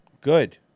good